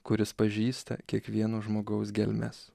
kuris pažįsta kiekvieno žmogaus gelmes